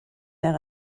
mehr